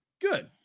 good